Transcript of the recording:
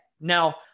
Now